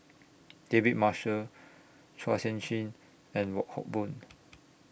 David Marshall Chua Sian Chin and Wong Hock Boon